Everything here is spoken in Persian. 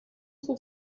خوب